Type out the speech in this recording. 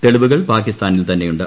തെളിവുകൾ പാകിസ്ഥാനിൽ തന്നെയുണ്ട്